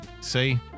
see